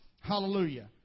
Hallelujah